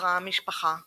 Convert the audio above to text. חזרה המשפחה לגרמניה.